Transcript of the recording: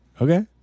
Okay